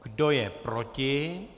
Kdo je proti?